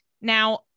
Now